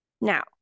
Now